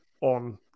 on